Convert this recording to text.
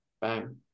Bang